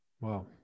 Wow